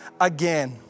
again